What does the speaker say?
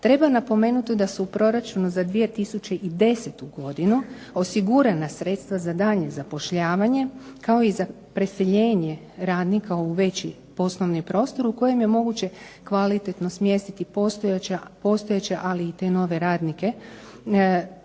Treba napomenuti da su u proračunu za 2010. godinu osigurana sredstva za daljnje zapošljavanje kao i za preseljenje radnika u veći poslovni prostor u kojem je moguće kvalitetno smjestiti postojeće, ali i te nove radnike.